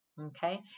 okay